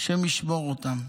השם ישמור אותם.